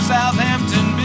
Southampton